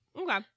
Okay